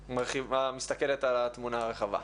שמסתכלת על התמונה הרחבה.